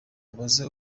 ibaze